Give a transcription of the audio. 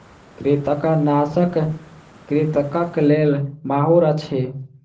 कृंतकनाशक कृंतकक लेल माहुर अछि